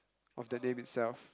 of the name itself